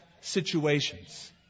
situations